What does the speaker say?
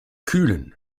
kühlen